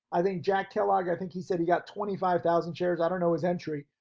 i think jack kellogg, i think he said he got twenty five thousand shares. i don't know his entry,